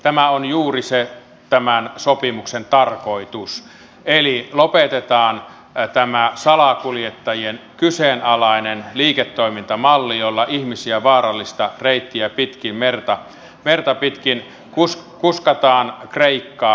tämä on juuri tämän sopimuksen tarkoitus eli lopettaa tämä salakuljettajien kyseenalainen liiketoimintamalli jolla ihmisiä vaarallista reittiä merta pitkin kuskataan kreikkaan